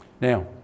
now